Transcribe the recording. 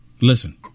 Listen